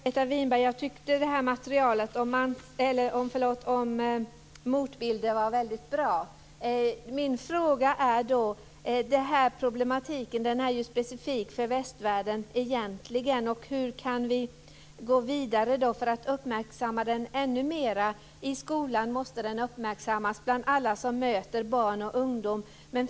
Fru talman! Jag tackar Margareta Winberg. Jag tyckte att materialet om Motbilder var mycket bra. Den här problematiken är ju egentligen specifik för västvärlden. Min fråga är då: Hur kan vi gå vidare för att uppmärksamma den ännu mer? I skolan måste den uppmärksammas bland alla som möter barn och ungdomar.